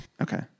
Okay